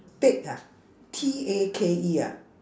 take ah T A K E ah